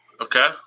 Okay